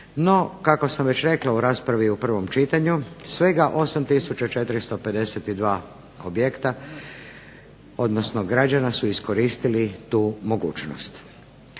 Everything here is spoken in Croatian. No, kako sam već rekla u raspravi u prvom čitanju, svega 8 tisuća 452 objekta, odnosno građana su iskoristili tu mogućnost.